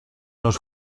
los